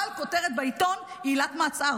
אבל כותרת בעיתון היא עילת מעצר.